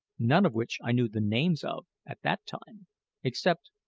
none of which i knew the names of at that time except,